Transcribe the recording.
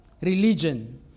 Religion